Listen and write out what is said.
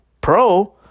Pro